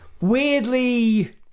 weirdly